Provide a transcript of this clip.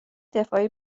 دفاعی